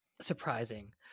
surprising